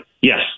Yes